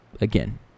again